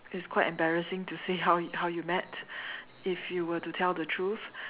it's quite embarrassing to say how you how you met if you were to tell the truth